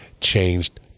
changed